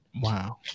Wow